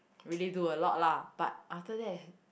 really do a lot lah but after that